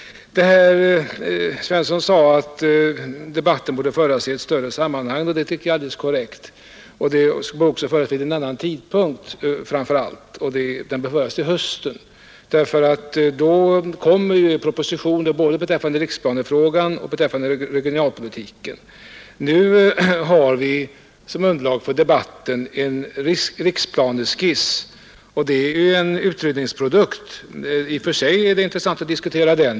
Herr Svensson sade att debatten borde föras i ett större sammanhang, och det tycker jag är alldeles korrekt. Men den bör också föras vid en annan tidpunkt. Den bör föras till hösten. Då kommer propositioner både beträffande riksplanefrågan och beträffande regionalpolitiken. Nu har vi som underlag för debatten en riksplaneskiss, och det är en utredningsprodukt. I och för sig är det intressant att diskutera den.